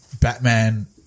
Batman